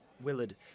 Willard